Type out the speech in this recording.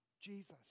Jesus